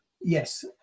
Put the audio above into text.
Yes